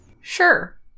Sure